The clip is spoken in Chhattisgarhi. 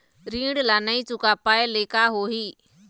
ऋण ला नई चुका पाय ले का होही?